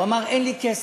הוא אמר: אין לי כסף,